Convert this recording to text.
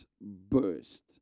burst